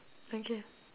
okay